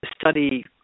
study